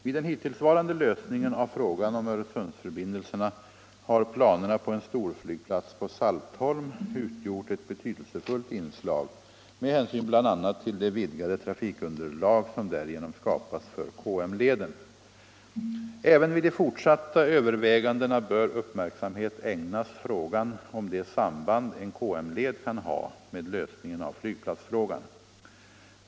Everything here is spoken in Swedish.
Vid den hittillsvarande lösningen av frågan om Öresundsförbindelserna har planerna på en storflygplats på Saltholm utgjort ett betydelsefullt inslag med hänsyn bl.a. till det vidgade trafikunderlag som därigenom skapas för KM-leden. Även vid de fortsatta övervägandena bör uppmärksamhet ägnas frågan om det samband en KM-led kan ha med lösningen av flygplatsfrågan.